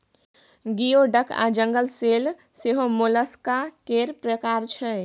गियो डक आ jingle shell सेहो मोलस्का केर प्रकार छै